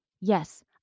Yes